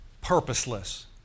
purposeless